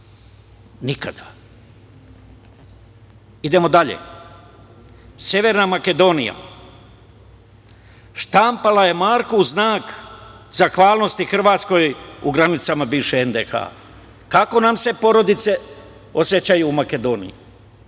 Nikada. Idemo dalje. Severna Makedonija štampala je Marku znak zahvalnosti Hrvatskoj u granicama bivše NDH. Kako nam se porodice osećaju u Makedoniji